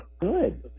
good